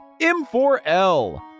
M4L